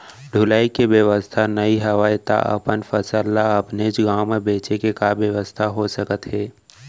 ढुलाई के बेवस्था नई हवय ता अपन फसल ला अपनेच गांव मा बेचे के का बेवस्था हो सकत हे?